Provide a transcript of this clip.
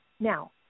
Now